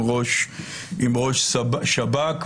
עם ראש השב"כ,